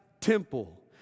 temple